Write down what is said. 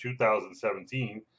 2017